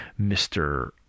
Mr